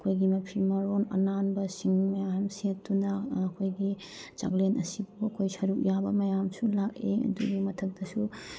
ꯑꯩꯈꯣꯏꯒꯤ ꯃꯐꯤ ꯃꯔꯣꯟ ꯑꯅꯥꯟꯕꯁꯤꯡ ꯃꯌꯥꯝ ꯁꯦꯠꯇꯨꯅ ꯑꯩꯈꯣꯏꯒꯤ ꯆꯥꯛꯂꯦꯟ ꯑꯁꯤꯕꯨ ꯑꯩꯈꯣꯏ ꯁꯔꯨꯛ ꯌꯥꯕ ꯃꯌꯥꯝꯁꯨ ꯂꯥꯛꯏ ꯑꯗꯨꯒꯤ ꯃꯊꯛꯇꯁꯨ